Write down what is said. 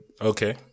okay